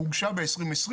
היא הוגשה ב-2020,